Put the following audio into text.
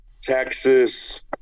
Texas